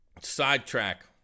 Sidetrack